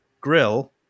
grill